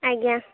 ଆଜ୍ଞା